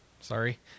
sorry